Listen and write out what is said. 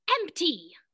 Empty